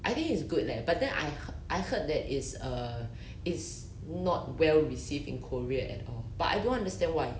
I think it's good leh but then I I heard that it's uh it's not well received in korea at all but I don't understand why